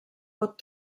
pot